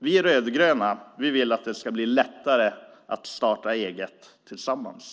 Vi rödgröna vill att det ska bli lättare att starta eget tillsammans.